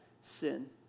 sin